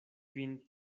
vin